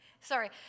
Sorry